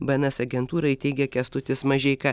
bns agentūrai teigia kęstutis mažeika